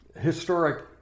historic